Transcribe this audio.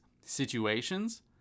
situations